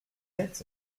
êtes